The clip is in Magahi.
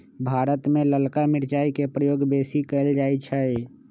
भारत में ललका मिरचाई के प्रयोग बेशी कएल जाइ छइ